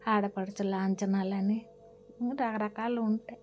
ఆడపడుచు లాంఛనాలని ఇంకా రకరకాలు ఉంటాయి